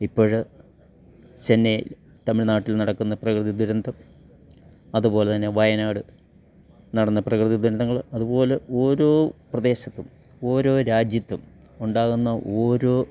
ഇപ്പോള് ചെന്നൈയില് തമിഴ്നാട്ടിൽ നടക്കുന്ന പ്രകൃതി ദുരന്തം അതുപോലെ തന്നെ വയനാട് നടന്ന പ്രകൃതി ദുരന്തങ്ങള് അതുപോലെ ഓരോ പ്രദേശത്തും ഓരോ രാജ്യത്തും ഉണ്ടാകുന്ന ഓരോ